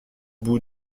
bout